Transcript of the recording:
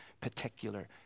particular